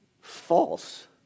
false